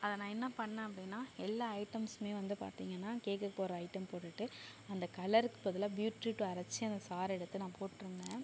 அதை நான் என்ன பண்ணேன் அப்படினா எல்லா ஐட்டம்ஸுமே வந்து பார்த்தீங்கனா கேக்குக்கு போடுகிற ஐட்டம் போட்டுட்டு அந்த கலருக்கு பதிலாக பீட்ருட்டை அரைச்சி அந்த சாறை எடுத்து நான் போட்டுருந்தேன்